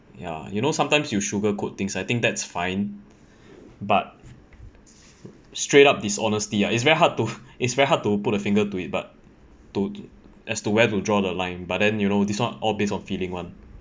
ya you know sometimes you sugarcoat things I think that's fine but straight up dishonesty ah it's very hard to it's very hard to put the finger to it but to as to where to draw the line but then you know this one all based on feeling [one]